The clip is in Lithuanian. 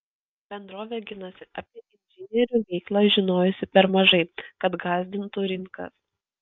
bendrovė ginasi apie inžinierių veiklą žinojusi per mažai kad gąsdintų rinkas